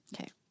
Okay